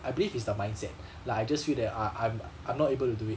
I believe it's the mindset like I just feel that I I'm I'm not able to do it